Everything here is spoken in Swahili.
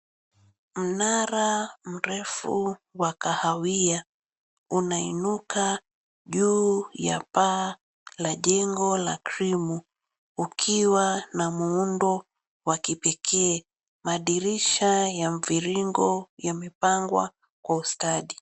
Mnara mrefu wa kahawia unainuka juu ya paa la jengo la krimu ukiwa na muundo wa kipekee . Madirisha ya mviringo yamepangwa kwa ustadi.